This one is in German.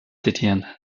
zitieren